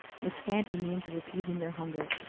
with scanty means of appeasing their hunger,